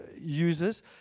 users